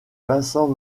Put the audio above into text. vincent